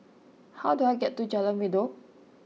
how do I get to Jalan Redop